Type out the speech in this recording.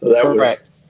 Correct